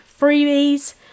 freebies